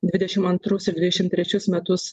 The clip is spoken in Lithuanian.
dvidešim antrus ir dvidešim trečius metus